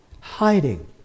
hiding